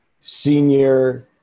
senior